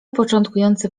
początkujący